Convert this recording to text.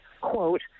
quote